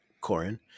Corin